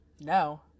No